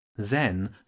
Zen